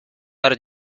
are